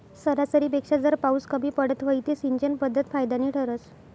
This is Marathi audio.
सरासरीपेक्षा जर पाउस कमी पडत व्हई ते सिंचन पध्दत फायदानी ठरस